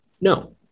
No